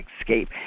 escape